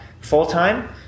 full-time